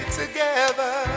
together